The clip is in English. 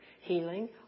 healing